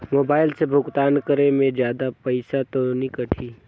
Mobile से भुगतान करे मे जादा पईसा तो नि कटही?